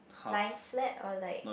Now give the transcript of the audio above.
lying flat or like